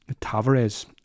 Tavares